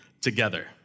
together